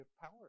power